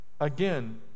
again